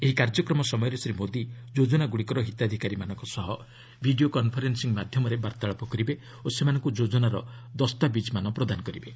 ଏହି କାର୍ଯ୍ୟକ୍ରମ ସମୟରେ ଶ୍ରୀ ମୋଦି ଯୋଜନାଗୁଡ଼ିକର ହିତାଧିକାରୀମାନଙ୍କ ସହ ଭିଡ଼ିଓ କନ୍ଫରେନ୍ସିଂ ମାଧ୍ୟମରେ ବାର୍ତ୍ତାଳାପ କରିବେ ଓ ସେମାନଙ୍କୁ ଯୋଜନାର ଦସ୍ତାବିଜ୍ ପ୍ରଦାନ କରିବେ